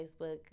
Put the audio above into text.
Facebook